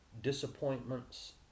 disappointments